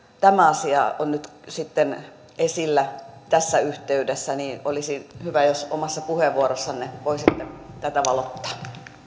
tämä asia on nyt sitten esillä tässä yhteydessä olisi hyvä jos omassa puheenvuorossanne voisitte tätä valottaa